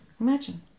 imagine